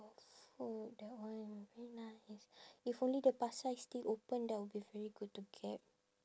food that one very nice if only the pasar is still open that will be very good to get